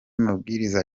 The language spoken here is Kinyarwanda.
mabwiriza